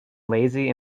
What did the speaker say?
lazy